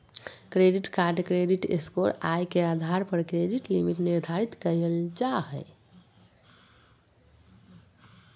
credit card credit score, आय के आधार पर क्रेडिट लिमिट निर्धारित कयल जा हइ